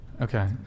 Okay